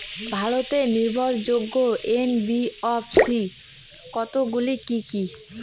ভারতের নির্ভরযোগ্য এন.বি.এফ.সি কতগুলি কি কি?